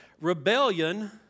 rebellion